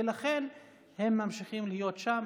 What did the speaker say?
ולכן הם ממשיכים להיות שם.